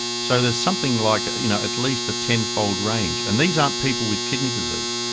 so there's something like at you know at least a ten fold range, and these aren't people with kidney disease,